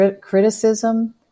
criticism